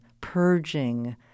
purging